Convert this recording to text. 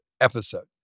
episode